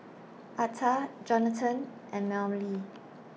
Altha Johnathan and Mellie